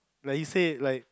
like he say like